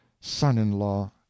son-in-law